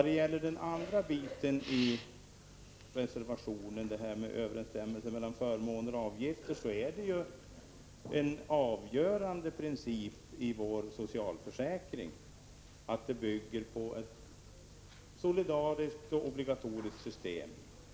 Beträffande den andra delen av reservationen, överensstämmelse mellan förmåner och avgifter, är att märka att det ju är en viktig princip i vår socialförsäkring att det skall vara ett solidariskt och obligatoriskt system.